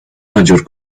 mayor